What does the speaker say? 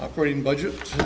operating budget